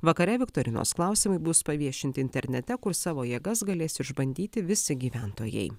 vakare viktorinos klausimai bus paviešinti internete kur savo jėgas galės išbandyti visi gyventojai